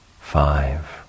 five